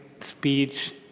speech